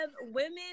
women